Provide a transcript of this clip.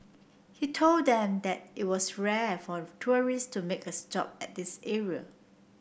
he told them that it was rare for tourist to make a stop at this area